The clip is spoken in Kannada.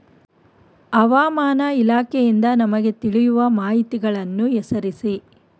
ಹವಾಮಾನ ಇಲಾಖೆಯಿಂದ ನಮಗೆ ತಿಳಿಯುವ ಮಾಹಿತಿಗಳನ್ನು ಹೆಸರಿಸಿ?